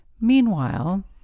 meanwhile